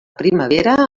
primavera